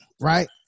right